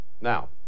Now